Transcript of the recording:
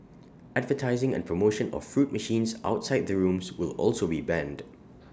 advertising and promotion of fruit machines outside the rooms will also be banned